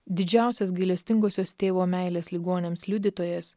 didžiausias gailestingosios tėvo meilės ligoniams liudytojas